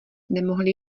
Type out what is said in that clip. nemohli